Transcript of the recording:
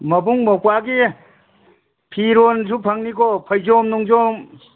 ꯃꯕꯨꯡ ꯃꯧꯄ꯭ꯋꯥꯒꯤ ꯐꯤꯔꯣꯟꯁꯨ ꯐꯪꯅꯤꯀꯣ ꯐꯩꯖꯣꯝ ꯅꯨꯡꯖꯣꯝ